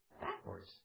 backwards